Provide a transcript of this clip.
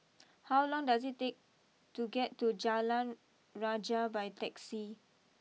how long does it take to get to Jalan Rajah by taxi